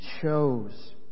chose